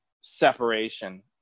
separation